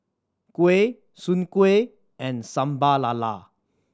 kuih Soon Kuih and Sambal Lala